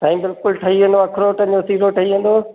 साईं बिल्कुलु ठई वेंदव अखरोटनि जो सीरो ठई वेंदव